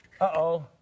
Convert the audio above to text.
Uh-oh